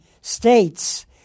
states